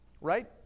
right